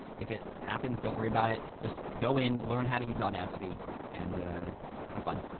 if it happens, don't worry about it. just go in, learn how to use audacity and have fun.